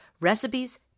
recipes